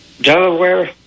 Delaware